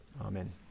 Amen